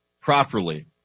properly